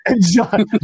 John